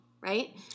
right